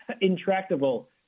intractable